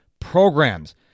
Programs